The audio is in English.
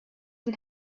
and